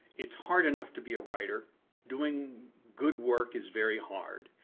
it's hard enough to be a writer doing good work is very hard.